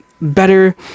better